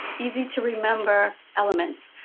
easy to remember elements.